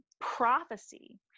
prophecy